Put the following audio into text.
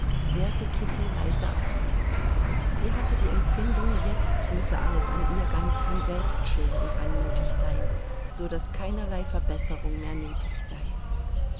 wehrte kitty leise ab sie hatte die empfindung jetzt müsse alles an ihr ganz von selbst schön und anmutig sein so daß keinerlei verbesserung mehr nötig sei